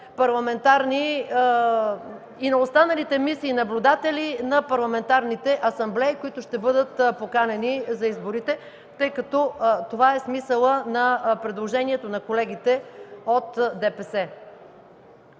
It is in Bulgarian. на ПАСЕ, ОССЕ и на останалите мисии наблюдатели на парламентарните асамблеи, които ще бъдат поканени за изборите, тъй като това е смисълът на предложението на колегите от ДПС.